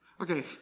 Okay